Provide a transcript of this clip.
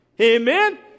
Amen